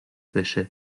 بشه